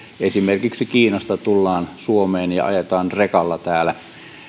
esimerkiksi kiinasta tullaan suomeen ja ajetaan rekalla täällä